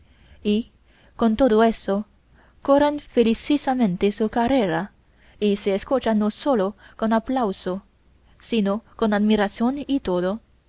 y con todo eso corren felicísimamente su carrera y se escuchan no sólo con aplauso sino con admiración y todo